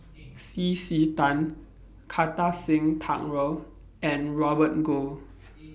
C C Tan Kartar Singh Thakral and Robert Goh